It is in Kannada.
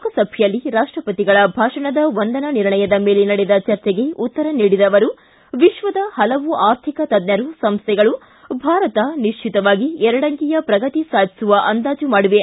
ಲೋಕಸಭೆಯಲ್ಲಿ ರಾಷ್ಟಪತಿಗಳ ಭಾಷಣದ ವಂದನಾ ನಿರ್ಣಯದ ಮೇಲೆ ನಡೆದ ಚರ್ಚೆಗೆ ಉತ್ತರ ನೀಡಿದ ಅವರು ವಿಶ್ವದ ಹಲವು ಆರ್ಥಿಕ ತಜ್ಜರು ಸಂಸ್ವೆಗಳು ಭಾರತ ನಿಶ್ವಿತವಾಗಿ ಎರಡಂಕಿಯ ಪ್ರಗತಿ ಸಾಧಿಸುವ ಅಂದಾಜು ಮಾಡಿವೆ